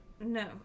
No